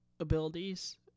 abilities